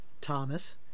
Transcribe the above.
Thomas